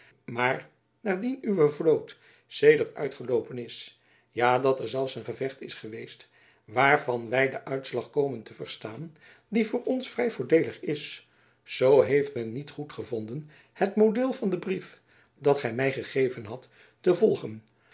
maar naardien uwe vloot sedert uitgeloopen is ja dat er zelfs een gevecht is geweest waarvan wy den uitslag komen te verstaan die voor ons vrij voordeelig is zoo heeft men niet goedgevonden het model van den brief dat gy my gegeven hadt te volgen